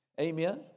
Amen